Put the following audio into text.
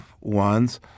ones